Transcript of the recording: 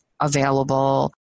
available